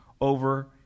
over